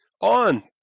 on